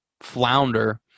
flounder